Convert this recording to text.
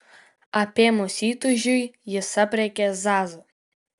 apėmus įtūžiui jis aprėkė zazą